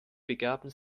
begaben